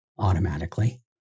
Automatically